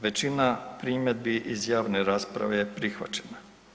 Većina primjedbi iz javne rasprave je prihvaćena.